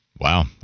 Wow